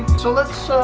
so, let's